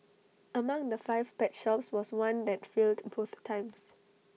among the five pet shops was one that failed both times